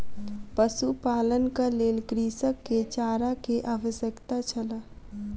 पशुपालनक लेल कृषक के चारा के आवश्यकता छल